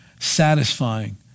satisfying